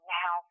now